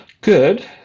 Good